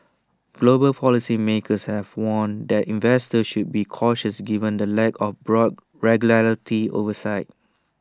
global policy makers have warned that investors should be cautious given the lack of broad regulatory oversight